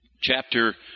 Chapter